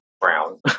brown